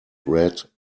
red